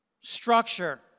structure